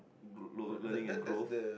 lear~ learning and growth